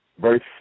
Verse